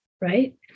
right